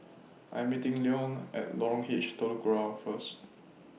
I'm meeting Leone At Lorong H Telok Kurau First